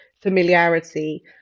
familiarity